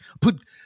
Put